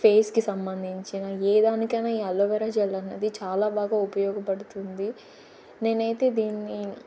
ఫేస్కి సంబంధించిన ఏ దానికైనా ఈ అలోవెరా జెల్ అన్నది చాలా బాగా ఉపయోగపడుతుంది నేనైతే దీన్ని